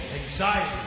anxiety